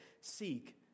seek